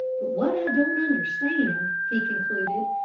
but what i don't understand, he concluded,